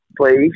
please